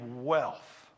wealth